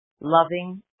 loving